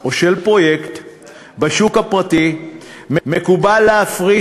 או של פרויקט בשוק הפרטי מקובל להפריש